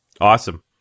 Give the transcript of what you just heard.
Awesome